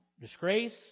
disgrace